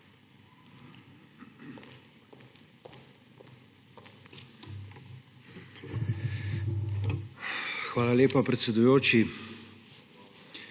Hvala lepa, predsedujoči.